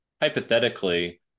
hypothetically